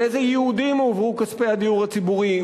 לאילו ייעודים הועברו כספי הדיור הציבורי,